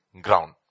ground